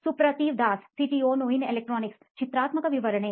ಸುಪ್ರತಿವ್ Das CTO ನೋಯಿನ್ electronics ಚಿತ್ರಾತ್ಮಕ ವಿವರಣೆ